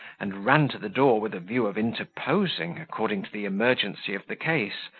and ran to the door with a view of interposing according to the emergency of the case,